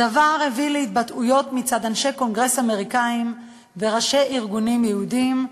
הדבר הביא להתבטאויות מצד אנשי קונגרס אמריקנים וראשי ארגונים יהודיים,